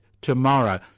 tomorrow